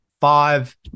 five